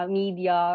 media